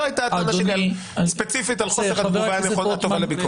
זו הייתה הטענה הספציפית שלי על חוסר התגובה הטובה לביקורת.